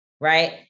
Right